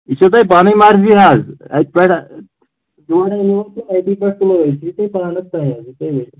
یہِ چھُو تۄہہِ پَنٕنۍ مرضی حظ اَتہِ پٮ۪ٹھٕ پانَس تانٮ۪تھ